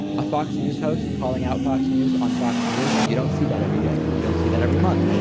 a fox news host, calling out fox news on fox news. you don't see that every day. you don't see that every month.